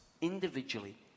individually